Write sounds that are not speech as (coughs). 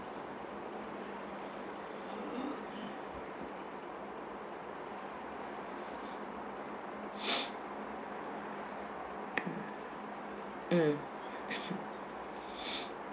(noise) (coughs) mm (coughs) (noise)